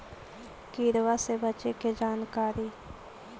किड़बा से बचे के जानकारी?